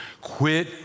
quit